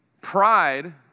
Pride